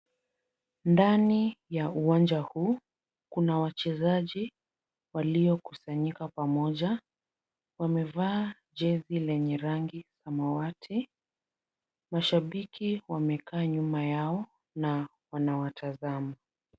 Ndani ya uwanja huu, kuna wachezaji waliokusanyika pamoja. Wamevaa jezi lenye rangi samawati. Mashabiki wamekaa nyuma yao na wanawatazama.